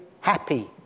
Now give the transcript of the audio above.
happy